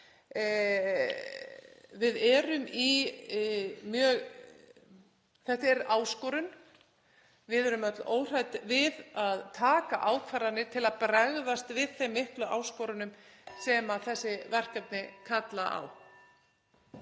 Þetta er áskorun. Við erum öll óhrædd við að taka ákvarðanir til að bregðast við þeim miklu áskorunum (Forseti hringir.) sem þessi verkefni kalla á.